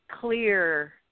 clear